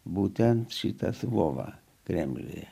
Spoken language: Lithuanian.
būtent šitas lovą kremliuje